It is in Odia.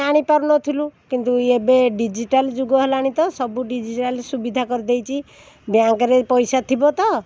ଆଣିପାରୁ ନଥିଲୁ କିନ୍ତୁ ଏବେ ଡିଜିଟାଲ୍ ଯୁଗ ହେଲାଣି ତ ସବୁ ଡିଜିଟାଲ୍ ସୁବିଧା କରିଦେଇଛି ବ୍ୟାଙ୍କ୍ରେ ପଇସା ଥିବ ତ